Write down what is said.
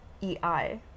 E-I